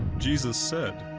jesus said,